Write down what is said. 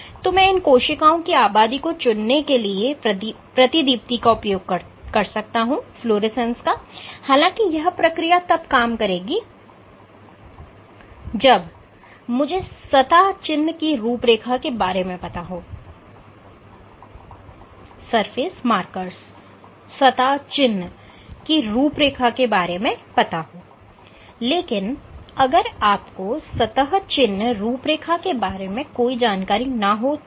तो मैं इन कोशिकाओं की आबादी को चुनने के लिए प्रतिदीप्ति का उपयोग कर सकता हूं हालांकि यह प्रक्रिया तब काम करेगी जब मुझे सतह चिन्ह की रूपरेखा के बारे में पता हो लेकिन अगर आपको सतह चिन्ह रूपरेखा के बारे में कोई जानकारी ना हो तब